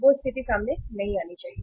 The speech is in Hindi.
वह स्थिति भी सामने नहीं आनी चाहिए